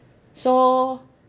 so